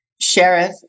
sheriff